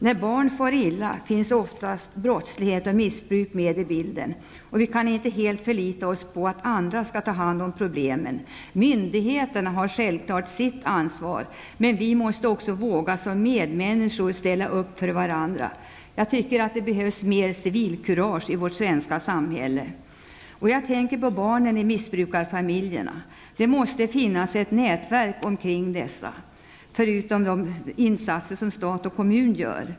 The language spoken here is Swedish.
När barn far illa finns oftast brottslighet och missbruk med i bilden. Vi kan inte helt förlita oss på att andra skall ta hand om problemen. Myndigheterna har självklart sitt ansvar. Men vi måste också som medmänniskor våga ställa upp för varandra. Det behövs mer civilkurage i vårt svenska samhälle. Jag tänker på barnen i missbrukarfamiljerna. Det måste finnas ett nätverk omkring dessa, förutom de insatser som stat och kommun gör.